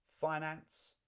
finance